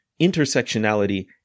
intersectionality